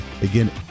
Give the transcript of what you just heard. again